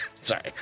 sorry